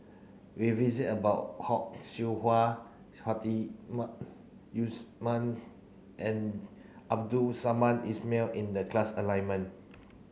we visit about Hock Siew Wah Yus Man and Abdul Samad Ismail in the class